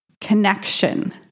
connection